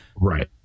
right